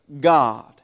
God